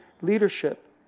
leadership